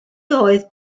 oedd